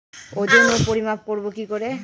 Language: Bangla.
ওজন ও পরিমাপ করব কি করে?